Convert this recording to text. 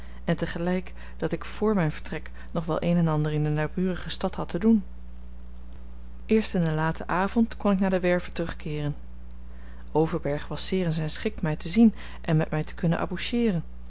en tegelijk dat ik vr mijn vertrek nog wel een en ander in de naburige stad had te doen eerst in den laten avond kon ik naar de werve terugkeeren overberg was zeer in zijn schik mij te zien en met mij te kunnen